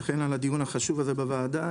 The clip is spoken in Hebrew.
וכן על הדיון החשוב הזה בוועדה.